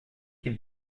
qu’il